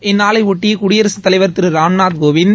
இந்நாளையொட்டி குடியரசுத் தலைவர் திரு ராம்நாத் கோவிந்த்